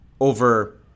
over